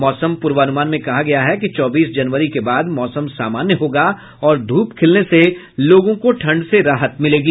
मौसम पूर्वानुमान में कहा गया है कि चौबीस जनवरी के बाद मौसम सामान्य होगा और धूप खिलने से लोगों को ठंड से राहत मिलेगी